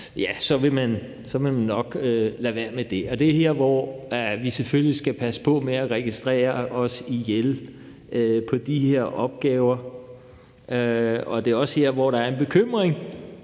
osv., vil man nok lade være med det. Det er her, hvor vi selvfølgelig skal passe på med at registrere os ihjel i forhold til de her opgaver. Det er også her, hvor der fra min